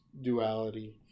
duality